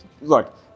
look